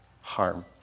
harm